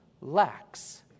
lacks